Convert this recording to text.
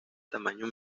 tamaño